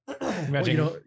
Imagine